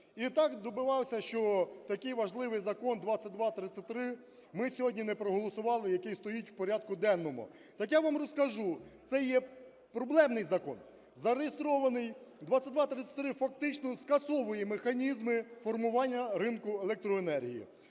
І так добивався, що такий важливий Закон 2233 ми сьогодні не проголосували, який стоїть в порядку денному. Так я вам розкажу. Це є проблемний закон, зареєстрований 2233, фактично, скасовує механізми формування ринку електроенергії.